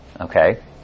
Okay